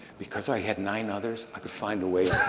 because i had nine others, i could find a way